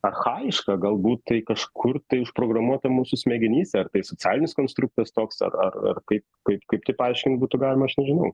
archajiška galbūt tai kažkur tai užprogramuota mūsų smegenyse ar tai socialinis konstruktas toks ar ar ar kaip kaip kaip tai paaiškint būtų galima aš nežinau